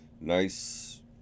nice